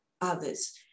others